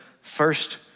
first